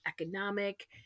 economic